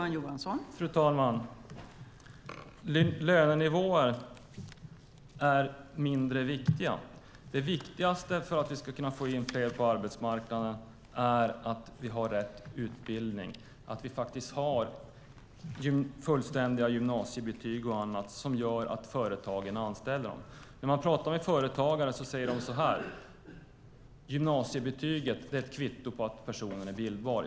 Fru talman! Lönenivåer är mindre viktiga. Det viktigaste för att vi ska kunna få in fler på arbetsmarknaden är att vi har rätt utbildning - att vi faktiskt har fullständiga gymnasiebetyg och annat som gör att företagen anställer. När man pratar med företagare säger de: Gymnasiebetyget är ett kvitto på att personen är bildbar.